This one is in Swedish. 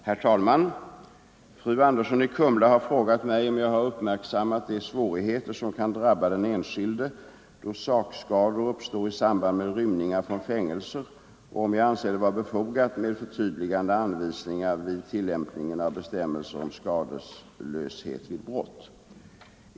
Herr talman! Fru Andersson i Kumla har frågat mig om jag har uppmärksammat de svårigheter som kan drabba den enskilde då sakskador uppstår i samband med rymningar från fängelser och om jag anser det vara befogat med förtydligande anvisningar vid tillämpningen av bestämmelser om skadeslöshet vid brott.